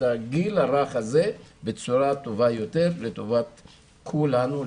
בגיל הרך הזה בצורה טובה יותר לטובת כולנו,